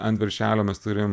ant viršelio mes turim